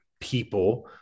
people